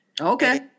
Okay